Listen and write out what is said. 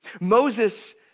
Moses